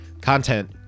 content